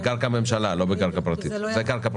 בקרקע ממשלה ולא בקרקע פרטית.